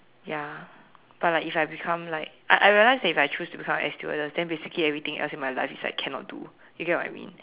ya but like if I become like I I realize that if I choose to become an air stewardess then basically everything else in my life its' like cannot do you get what I mean